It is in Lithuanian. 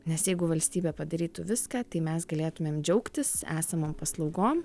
nes jeigu valstybė padarytų viską tai mes galėtumėm džiaugtis esamom paslaugom